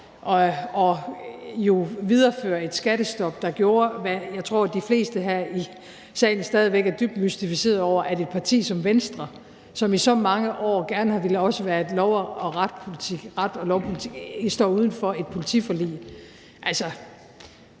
og viderefører et skattestop, der gjorde – hvilket jeg tror at de fleste her i salen stadig væk er dybt mystificerede over – at et parti som Venstre, som i så mange år også gerne har villet være et lov og orden-parti, står uden for et politiforlig, så